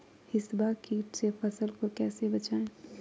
हिसबा किट से फसल को कैसे बचाए?